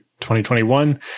2021